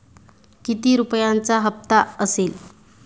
किती रुपयांचा हप्ता असेल?